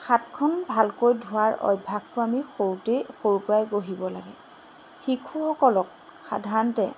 হাতখন ভালকৈ ধোৱাৰ অভ্যাসটো আমি সৰুতেই সৰুৰপৰাই গঢ়িব লাগে শিশুসকলক সাধাৰণতে